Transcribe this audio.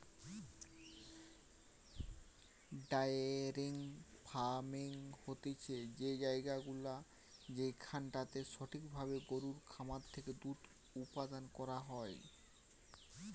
diary farming হতিছে সেই জায়গাগুলা যেখানটাতে সঠিক ভাবে গরুর খামার থেকে দুধ উপাদান করা হয়